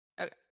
Okay